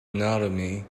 anatomy